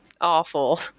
awful